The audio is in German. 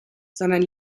sondern